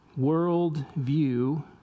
worldview